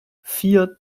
vier